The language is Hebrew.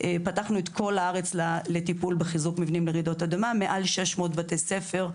פתחנו את כל הארץ לטיפול בחיזוק מבנים לרעידות אדמה מעל 600 בתי ספר,